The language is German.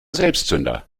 selbstzünder